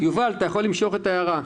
יובל, אתה יכול למשוך את ההערה.